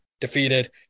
defeated